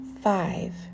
five